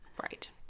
Right